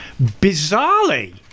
Bizarrely